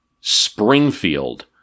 Springfield